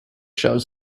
shows